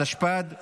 התשפ"ד 2023,